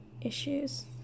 issues